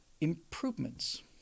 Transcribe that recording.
improvements